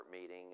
meeting